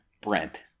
brent